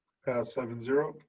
seven zero.